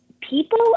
People